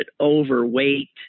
overweight